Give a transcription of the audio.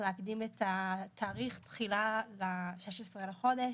להקדים את תאריך התחילה ל-16 לחודש.